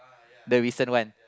the recent one